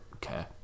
care